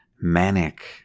manic